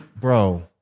Bro